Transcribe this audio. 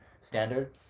standard